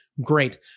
great